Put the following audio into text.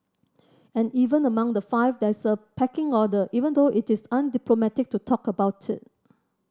and even among the five there is a pecking order even though it is undiplomatic to talk about it